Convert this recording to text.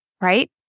Right